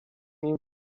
nim